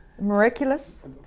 Miraculous